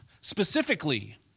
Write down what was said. Specifically